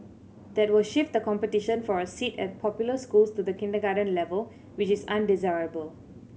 that will shift the competition for a seat at popular schools to the kindergarten level which is undesirable